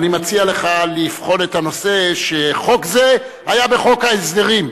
אני מציע לך לבחון את הנושא שחוק זה היה בחוק ההסדרים,